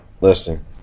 listen